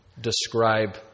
describe